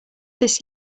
this